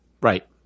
Right